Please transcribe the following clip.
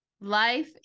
Life